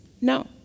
No